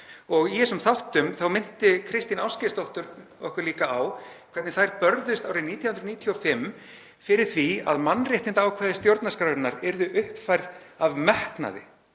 í þessum þáttum minnti Kristín Ásgeirsdóttir okkur líka á hvernig þær börðust árið 1995 fyrir því að mannréttindaákvæði stjórnarskrárinnar yrðu uppfærð af metnaði.